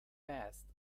passed